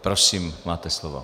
Prosím, máte slovo.